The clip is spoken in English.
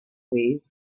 please